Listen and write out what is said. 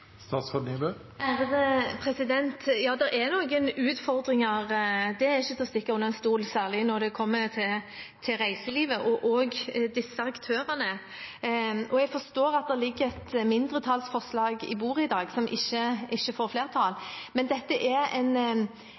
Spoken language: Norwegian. Ja, det er noen utfordringer – det er ikke til å stikke under stol – særlig når det gjelder reiselivet og disse aktørene. Jeg forstår at det ligger et mindretallsforslag på bordet i dag som ikke får flertall, men dette er en